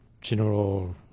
General